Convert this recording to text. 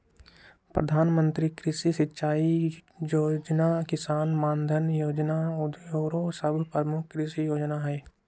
प्रधानमंत्री कृषि सिंचाई जोजना, किसान मानधन जोजना आउरो सभ प्रमुख कृषि जोजना हइ